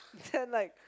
then like